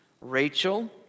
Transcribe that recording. Rachel